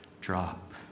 drop